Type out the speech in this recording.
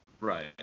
Right